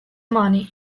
money